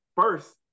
first